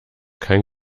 kein